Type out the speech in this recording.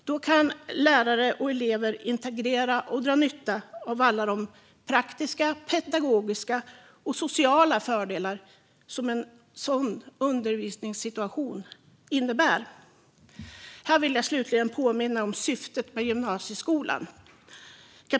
Då kan lärare och elever interagera och dra nytta av alla de praktiska, pedagogiska och sociala fördelar som en sådan undervisningssituation innebär. Här vill jag slutligen påminna om syftet med gymnasieskolan.